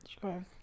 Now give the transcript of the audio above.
Sure